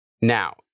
Now